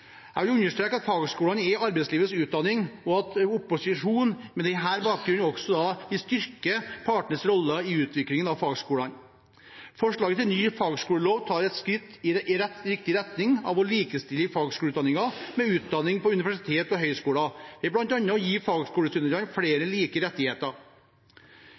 Jeg vil understreke at fagskolene er arbeidslivets utdanning, og at opposisjonen på den bakgrunnen også vil styrke partenes rolle i utviklingen av fagskolene. Forslaget til ny fagskolelov tar et skritt i riktig retning ved å likestille fagskoleutdanningen med utdanning på universiteter og høyskoler ved bl.a. å gi fagskolestudentene flere like rettigheter.